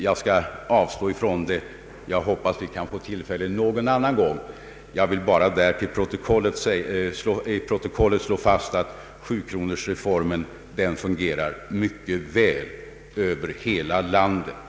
Jag skall avstå från en sådan debatt men hoppas att vi får tillfälle någon annan gång att diskutera den frågan. Jag vill bara till protokollet slå fast att sjukronorsreformen fungerar mycket väl över hela landet.